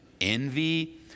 envy